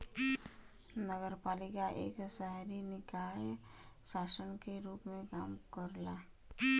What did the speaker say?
नगरपालिका एक शहरी निकाय शासन के रूप में काम करला